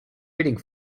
reading